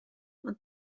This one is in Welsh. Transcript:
ond